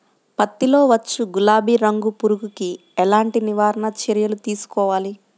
పత్తిలో వచ్చు గులాబీ రంగు పురుగుకి ఎలాంటి నివారణ చర్యలు తీసుకోవాలి?